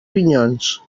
pinyons